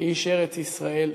כאיש ארץ-ישראל,